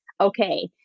okay